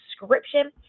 description